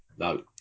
No